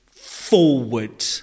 forward